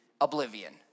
oblivion